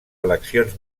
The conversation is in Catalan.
eleccions